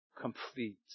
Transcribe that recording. Complete